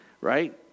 Right